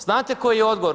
Znate koji je odgovor?